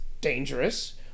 dangerous